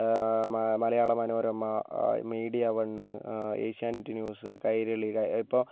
മലയാള Manorama Media One Asianet News കൈരളിയുടെ ഇപ്പോൾ